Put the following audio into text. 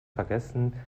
vergessen